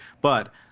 But-